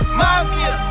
mafia